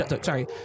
sorry